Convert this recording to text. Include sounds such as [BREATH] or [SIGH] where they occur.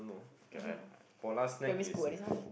I don't know [BREATH] primary school eh this one